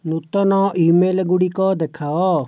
ନୂତନ ଇମେଲ୍ ଗୁଡ଼ିକ ଦେଖାଅ